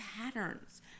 patterns